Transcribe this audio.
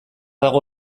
dago